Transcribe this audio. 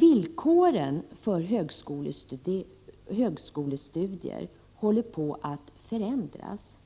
Villkoren för högskolestudier håller på att förändras.